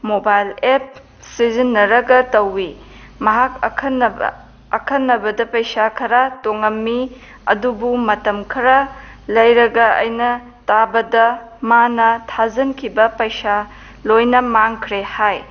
mobile app ꯁꯤꯖꯤꯟꯅꯔꯒ ꯇꯧꯋꯤ ꯃꯍꯥꯛ ꯑꯈꯟꯅꯕ ꯑꯈꯟꯅꯕꯗ ꯄꯩꯁꯥ ꯈꯔ ꯇꯣꯡꯉꯝꯃꯤ ꯑꯗꯨꯕꯨ ꯃꯇꯝ ꯈꯔ ꯂꯩꯔꯒ ꯑꯩꯅ ꯇꯥꯕꯗ ꯃꯥꯅ ꯊꯥꯖꯤꯟꯈꯤꯕ ꯄꯩꯁꯥ ꯂꯣꯏꯅ ꯃꯥꯡꯈ꯭ꯔꯦ ꯍꯥꯏ